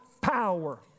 power